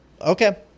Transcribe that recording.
Okay